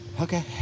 Okay